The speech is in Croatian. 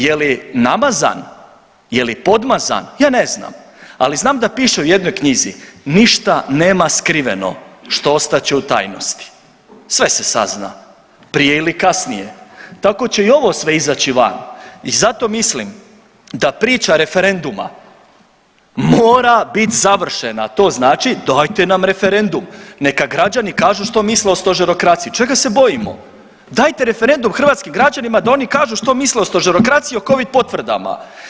Je li namazan, je li podmazan, ja ne znam, ali znam da piše u jednoj knjizi „ništa nema skriveno što ostat će u tajnosti, sve se sazna prije ili kasnije“, tako će i ovo sve izaći van i zato mislim da priča referenduma mora bit završena, a to znači dajte nam referendum, neka građani kažu što misle o stožerokraciji, čega se bojimo, dajte referendum hrvatskim građanima da oni kažu što misle o stožerokraciji i o covid potvrdama.